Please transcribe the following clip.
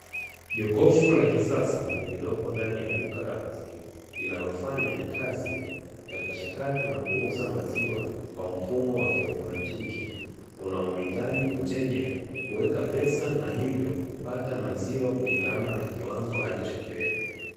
Jokofu la kisasa lililopo ndani ya duka la maziwa linalofanya kazi ya kuchakata na kuuza maziwa kwa mfumo wa kiautomatiki, unamhitaji mteja kuweka pesa na hivyo kupata maziwa kulingana na kiwango alichokiweka.